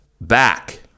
back